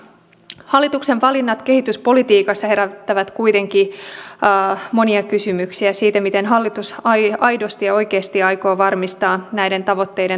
hallituksen valinnat kehityspolitiikassa herättävät kuitenkin monia kysymyksiä siitä miten hallitus aidosti ja oikeasti aikoo varmistaa näiden tavoitteiden toteutumista